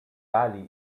bali